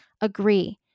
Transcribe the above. agree